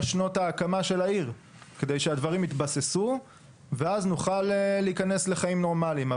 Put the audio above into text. שנות ההקמה של העיר כדי שהדברים יתבססו ואז נוכל להיכנס לחיים נורמליים.